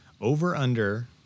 over-under